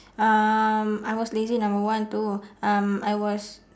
um I was lazy number one two um I was